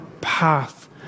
path